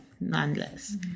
nonetheless